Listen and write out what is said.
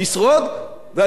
להתמודד עם בעיותיו,